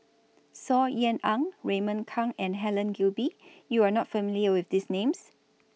Saw Ean Ang Raymond Kang and Helen Gilbey YOU Are not familiar with These Names